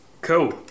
Cool